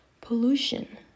Pollution